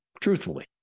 truthfully